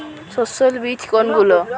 সস্যল বীজ কোনগুলো?